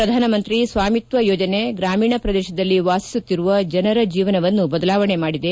ಪ್ರಧಾನಮಂತ್ರಿ ಸ್ವಾಮಿತ್ವ ಯೋಜನೆ ಗ್ರಾಮೀಣ ಪ್ರದೇಶದಲ್ಲಿ ವಾಸಿಸುತ್ತಿರುವ ಜನರ ಜೀವನವನ್ನು ಬದಲಾವಣೆ ಮಾಡಿದೆ